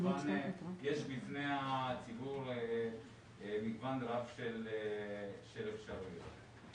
יש בפני הציבור מגוון רב של אפשרויות.